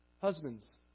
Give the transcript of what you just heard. Husbands